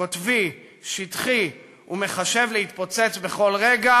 קוטבי, שטחי ומחשב להתפוצץ בכל רגע